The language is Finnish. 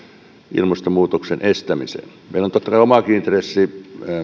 ilmastonmuutoksen estämiseen meillä on totta kai omakin intressimme